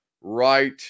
right